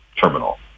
terminal